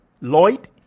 Lloyd